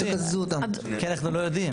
כי אנחנו לא יודעים.